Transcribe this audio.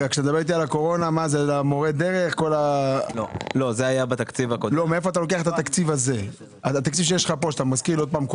קורונה מאיפה אתה לוקח את התקציב הזה,